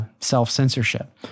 self-censorship